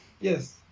yes